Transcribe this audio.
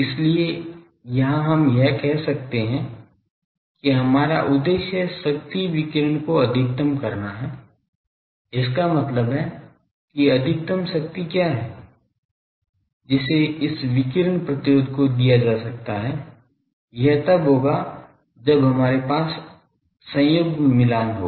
इसलिए यहां हम यह कह सकते हैं कि हमारा उद्देश्य शक्ति विकीर्ण को अधिकतम करना है इसका मतलब है कि अधिकतम शक्ति क्या है जिसे इस विकिरण प्रतिरोध को दिया जा सकता है यह तब होगा जब हमारे पास संयुग्म मिलान होगा